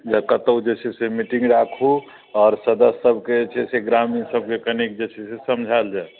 जे कतौ जे छै से मीटिंग राखू आओर सदस्य सबके जे छै ग्रामीण सबके कनिक जे छै से समझायल जाय